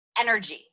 energy